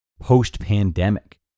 post-pandemic